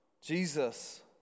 Jesus